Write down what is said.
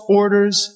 orders